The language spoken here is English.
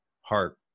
heart